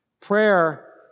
Prayer